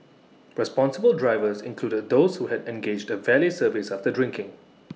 responsible drivers included those who had engaged A valet service after drinking